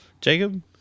Jacob